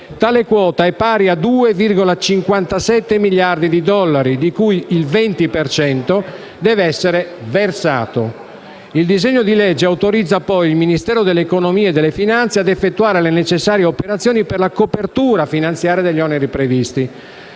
Tale quota è pari a 2,57 miliardi di dollari, di cui il 20 per cento deve essere versato. Il disegno di legge autorizza poi il Ministero dell'economia e delle finanze ad effettuare le necessarie operazioni per la copertura finanziaria degli oneri previsti.